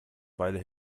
weile